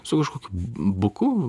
su kažkokiu buku